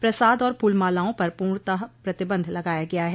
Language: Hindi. प्रसाद और फूल मालाओं पर पूर्णता प्रतिबंध लगाया गया है